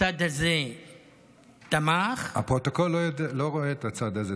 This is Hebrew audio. הצד הזה תמך, הפרוטוקול לא רואה את "הצד הזה".